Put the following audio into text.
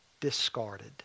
discarded